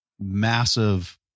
massive